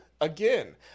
again